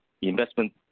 investment